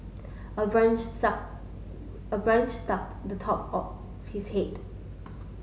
a branch suck a branch struck the top of his hid